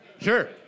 Sure